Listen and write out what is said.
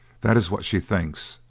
that is what she thinks,